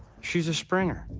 she's a springer.